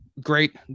great